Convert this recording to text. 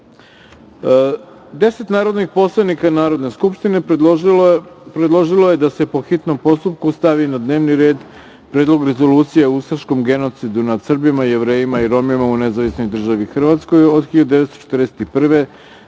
narodnih poslanika Narodne skupštine predložilo je da se po hitnom postupku stavi na dnevni red – Predlog rezolucije o ustaškom genocidu nad Srbima, Jevrejima i Romima u nezavisnoj državi Hrvatskoj od 1941.